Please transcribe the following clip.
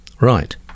right